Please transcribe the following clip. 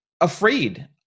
afraid